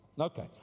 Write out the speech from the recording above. Okay